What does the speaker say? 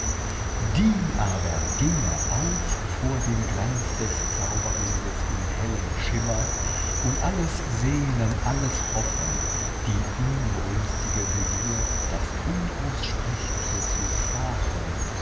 die aber ginge auf vor dem glanz des zauberbildes in hellem schimmer und alles sehnen alles hoffen die inbrünstige begier das unaussprechliche zu fahen